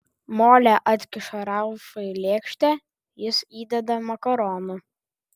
molė atkiša ralfui lėkštę jis įdeda makaronų